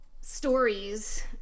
stories